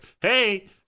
hey